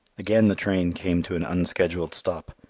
again the train came to an unscheduled stop.